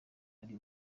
ari